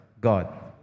God